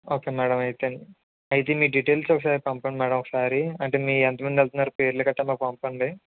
okay madam అయితే అయితే మీ డీటెయిల్స్ ఒకసారి పంపండి మేడం ఒకసారి అంటే మీరెంతమంది వెళ్తున్నారో పేర్లు గట్రా మాకు పంపండి